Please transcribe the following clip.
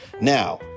Now